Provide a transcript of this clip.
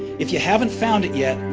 if you haven't found it yet,